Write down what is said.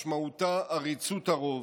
משמעותה עריצות הרוב.